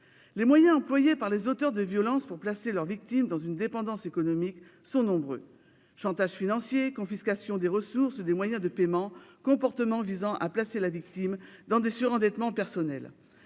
Les moyens employés par les auteurs de violences pour placer leur victime dans une dépendance économique sont nombreux : chantage financier, confiscation des ressources ou des moyens de paiement, comportements visant à placer la victime dans des surendettements personnels